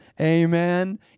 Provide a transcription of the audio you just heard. amen